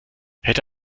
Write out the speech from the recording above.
hätte